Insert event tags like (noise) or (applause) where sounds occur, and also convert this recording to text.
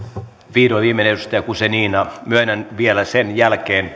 vihdoin viimein edustaja guzenina myönnän vielä sen jälkeen (unintelligible)